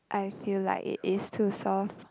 I feel like it is too soft